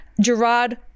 Gerard